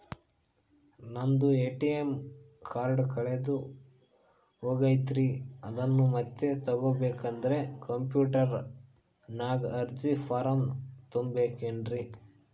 ನಂದು ATM card ಕಳೆದು ಹೋಗೈತ್ರಿ ಅದನ್ನು ಮತ್ತೆ ತಗೋಬೇಕಾದರೆ ಕಂಪ್ಯೂಟರ್ ನಾಗ ಅರ್ಜಿ ಫಾರಂ ತುಂಬಬೇಕನ್ರಿ?